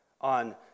on